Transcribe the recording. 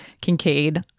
Kincaid